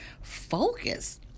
focus